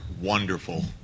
wonderful